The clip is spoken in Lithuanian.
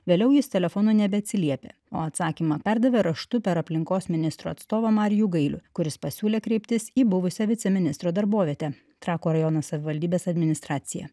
vėliau jis telefonu nebeatsiliepia o atsakymą perdavė raštu per aplinkos ministro atstovą marijų gailių kuris pasiūlė kreiptis į buvusią viceministro darbovietę trakų rajono savivaldybės administraciją